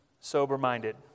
Sober-minded